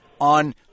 on